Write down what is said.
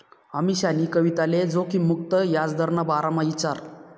अमीशानी कविताले जोखिम मुक्त याजदरना बारामा ईचारं